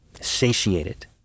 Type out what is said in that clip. satiated